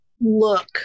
look